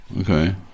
okay